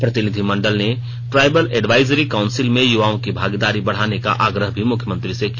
प्रतिनिधिमंडल ने tribal advisory council में युवाओं की भागीदारी बढ़ाने का आग्रह भी मुख्यमंत्री से किया